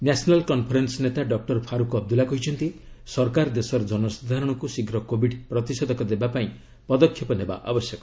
national conference ନେତା doctor Farooq Abdullah କହିଛନ୍ତି ସରକାର ଦେଶର ଜନସାଧାରଣଙ୍କୁ ଶୀଘ୍ର କୋବିଡ୍ ପ୍ରତିଶେଷକ ଦେବା ପାଇଁ ପଦକ୍ଷେପ ନେବା ଆବଶ୍ୟକ